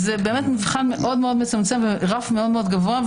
זה באמת מבחן מאוד מאוד מצמצם ורף מאוד מאוד גבוה,